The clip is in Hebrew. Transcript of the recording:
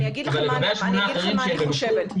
ולגבי השמונה אחרים שהם במסלול מקוצר --- אני אגיד לכם מה אני חושבת,